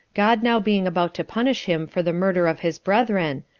god now being about to punish him for the murder of his brethren,